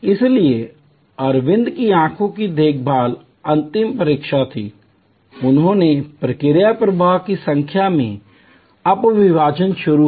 इसलिए अरविंद की आंखों की देखभाल अंतिम परीक्षा थी उन्होंने प्रक्रिया प्रवाह की संख्या में उप विभाजन शुरू किया